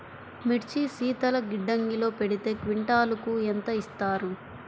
మిర్చి శీతల గిడ్డంగిలో పెడితే క్వింటాలుకు ఎంత ఇస్తారు?